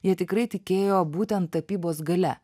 jie tikrai tikėjo būtent tapybos galia